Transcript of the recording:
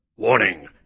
Warning